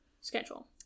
schedule